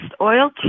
oil